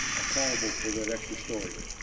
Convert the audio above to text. accountable for that extra story?